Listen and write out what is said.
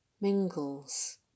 mingles